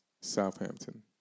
Southampton